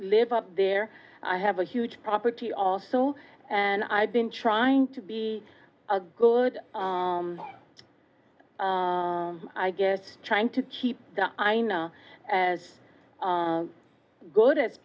live up there i have a huge property also and i've been trying to be a good i guess trying to keep the i know as good as